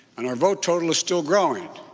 and our vote total is still growing.